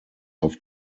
auf